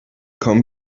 kamu